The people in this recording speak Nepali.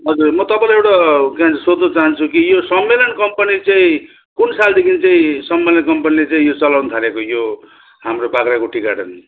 हजुर म तपाईँलाई एउटा के भन्छ सोध्नु चाहन्छु कि यो सम्मेलन कम्पनी चाहिँ कुन सालदेखिन् चाहिँ सम्मेलन कम्पनीले चाहिँ यो चलाउनु थालेको यो हाम्रो बाख्राकोट टी गार्डेन